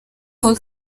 paul